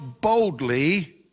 boldly